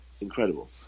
incredible